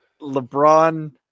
LeBron